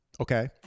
Okay